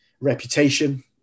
reputation